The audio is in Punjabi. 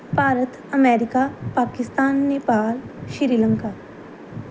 ਭਾਰਤ ਅਮੈਰੀਕਾ ਪਾਕਿਸਤਾਨ ਨੇਪਾਲ ਸ਼੍ਰੀਲੰਕਾ